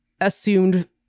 assumed